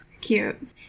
Cute